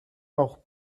auch